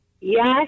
Yes